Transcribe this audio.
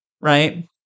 right